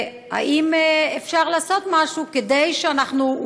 האם אפשר לעשות משהו כדי שאנחנו,